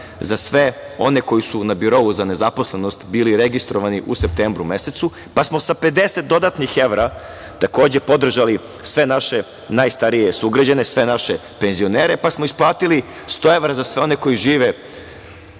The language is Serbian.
za sve one koji su na birou za nezaposlene bili registrovani u septembru mesecu, pa smo sa 50 dodatnih evra takođe podržali sve naše najstarije sugrađane, sve naše penzionere, pa smo isplatili 100 evra za sve one koji žive